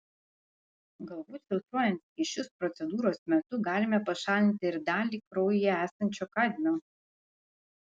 galbūt filtruojant skysčius procedūros metu galime pašalinti ir dalį kraujyje esančio kadmio